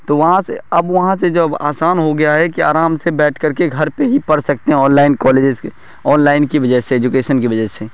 تو وہاں سے اب وہاں سے جب آسان ہو گیا ہے کہ آرام سے بیٹھ کر کے گھر پہ ہی پڑھ سکتے ہیں آن لائن کالجز کے آن لائن کی وجہ سے ایجوکیشن کی وجہ سے